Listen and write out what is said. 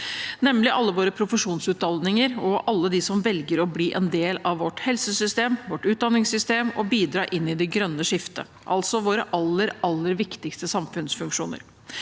nemlig alle våre profesjonsutdanninger og alle de som velger å bli en del av vårt helsesystem og utdanningssystem og bidra inn i det grønne skiftet – altså, våre aller, aller viktigste samfunnsfunksjoner.